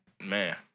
Man